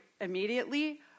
immediately